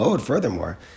Furthermore